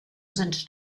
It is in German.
sind